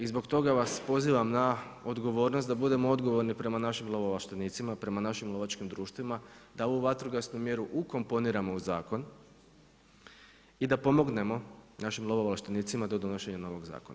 I zbog toga vas pozivam na odgovornost da budemo odgovorni prema naših lovo-ovlaštenicima, prema našim lovačkim društvima, da ovu vatrogasnu mjeru ukomponiramo u zakon, i da pomognemo našim lovo-ovlaštenicima do donošenja novog zakona.